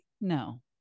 No